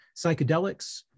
psychedelics